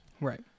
Right